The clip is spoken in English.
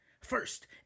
First